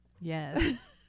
yes